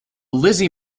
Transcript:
lizzie